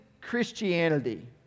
Christianity